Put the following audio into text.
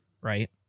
right